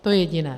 To jediné.